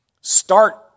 start